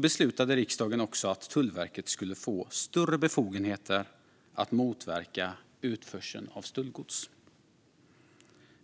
beslutade riksdagen också att Tullverket skulle få större befogenheter att motverka utförseln av stöldgods.